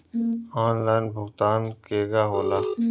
Online भुगतान केगा होला?